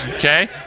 Okay